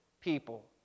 people